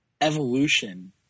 evolution